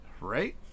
Right